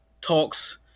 talks